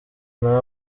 nawe